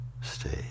Stay